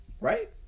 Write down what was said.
Right